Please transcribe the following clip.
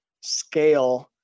scale